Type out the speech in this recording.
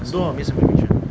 很多 misinformation